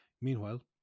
Meanwhile